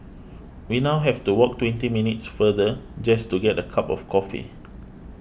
we now have to walk twenty minutes further just to get a cup of coffee